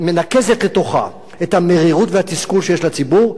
מנקזת לתוכה את המרירות והתסכול שיש לציבור,